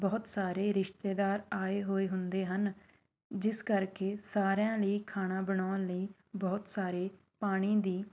ਬਹੁਤ ਸਾਰੇ ਰਿਸ਼ਤੇਦਾਰ ਆਏ ਹੋਏ ਹੁੰਦੇ ਹਨ ਜਿਸ ਕਰਕੇ ਸਾਰਿਆਂ ਲਈ ਖਾਣਾ ਬਣਾਉਣ ਲਈ ਬਹੁਤ ਸਾਰੇ ਪਾਣੀ ਦੀ